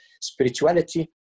spirituality